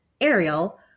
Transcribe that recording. Ariel